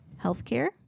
healthcare